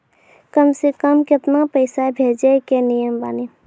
कम से कम केतना पैसा भेजै के नियम बानी?